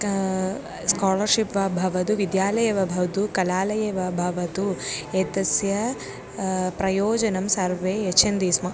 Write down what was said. का स्कालर्शिप् वा भवतु विद्यालये वा भवतु कलालये वा भवतु एतस्य प्रयोजनं सर्वे यच्छन्ति स्म